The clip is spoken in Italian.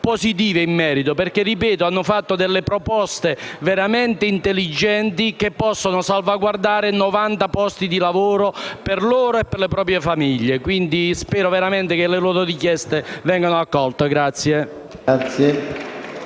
positive in merito, perché hanno fatto delle proposte veramente intelligenti che possono salvaguardare 90 posti di lavoro, nell'interesse loro e delle rispettive famiglie. Spero veramente che le loro richieste vengano accolte.